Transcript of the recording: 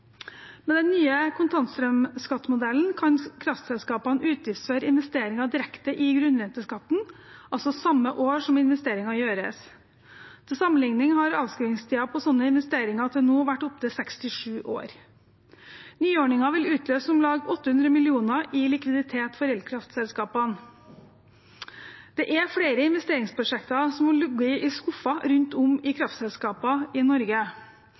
Med den nye kontantstrømskattemodellen kan kraftselskapene utgiftsføre investeringer direkte i grunnrenteskatten, altså samme år som investeringen gjøres. Til sammenligning har avskrivningstiden på sånne investeringer til nå vært opptil 67 år. Nyordningen vil utløse om lag 800 mill. kr i likviditet for elkraftselskapene. Det er flere investeringsprosjekter som har ligget i skuffer rundt om i kraftselskaper i Norge,